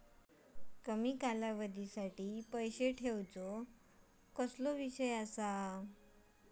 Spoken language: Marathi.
कमी कालावधीसाठी पैसे ठेऊचो काय विषय असा?